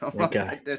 Okay